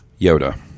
Yoda